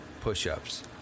push-ups